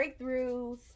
breakthroughs